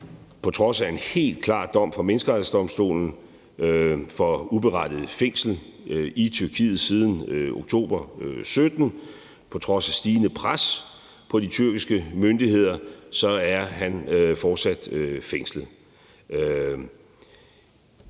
på trods af en helt klar dom fra Menneskerettighedsdomstolen for uberettiget fængsling i Tyrkiet siden oktober 2017 og på trods af stigende pres på de tyrkiske myndigheder fortsat er fængslet.